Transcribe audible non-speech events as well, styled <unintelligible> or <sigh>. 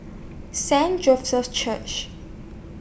Saint <unintelligible> Church